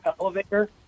elevator